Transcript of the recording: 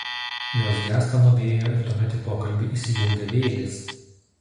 jos gęsta nuo vėjo ir tuomet į pokalbį įsijungia vėlės